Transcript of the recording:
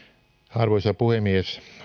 arvoisa puhemies